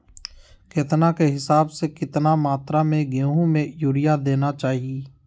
केतना के हिसाब से, कितना मात्रा में गेहूं में यूरिया देना चाही?